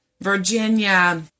Virginia